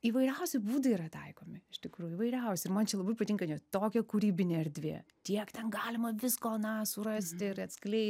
įvairiausi būdai yra taikomi iš tikrųjų įvairiausi ir man čia labai patinka tokia kūrybinė erdvė tiek ten galima visko na surasti ir atsklei